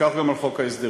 וכך גם על חוק ההסדרים.